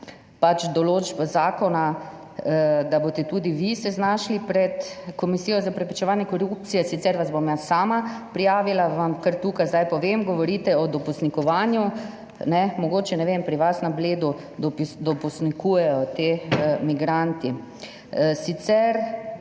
pač določb zakona, da boste tudi vi se znašli pred Komisijo za preprečevanje korupcije sicer vas bom jaz sama prijavila, vam kar tukaj zdaj povem. Govorite o dopustnikovanju, ne mogoče. Ne vem, pri vas na Bledu dopustnikujejo ti migranti. Sicer,